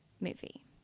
movie